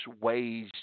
ways